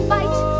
fight